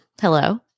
Hello